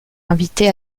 invités